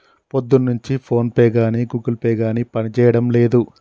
పొద్దున్నుంచి ఫోన్పే గానీ Google pay గానీ పనిజేయడం లేదు